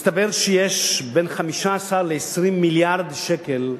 מסתבר שיש בין 15 ל-20 מיליארד שקל,